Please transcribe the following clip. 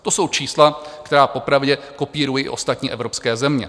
To jsou čísla, která popravdě kopírují i ostatní evropské země.